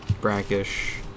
brackish